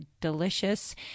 delicious